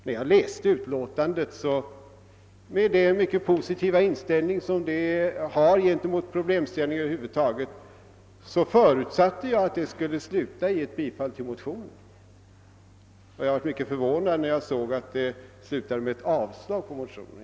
När jag läste utlåtandet och tog del av den mycket positiva inställningen förutsatte jag att utlåtandet skulle sluta i ett yrkande om bifall till motionen, och jag blev mycket förvånad när jag såg att det slutade med ett avslagsyrkande.